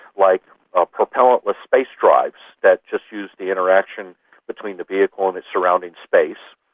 like ah propellantless space drives that just use the interaction between the vehicle and its surrounding space.